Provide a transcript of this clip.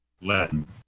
Latin